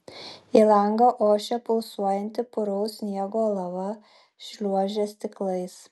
į langą ošė pulsuojanti puraus sniego lava šliuožė stiklais